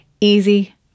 Easy